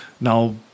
Now